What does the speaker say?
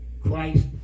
Christ